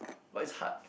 but it's hard